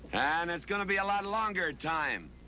and it's going to be a lot longer time.